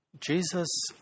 Jesus